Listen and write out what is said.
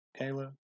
Kayla